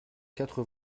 quatre